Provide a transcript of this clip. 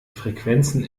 frequenzen